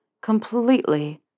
completely